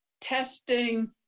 testing